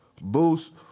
boost